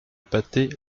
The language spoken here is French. pâté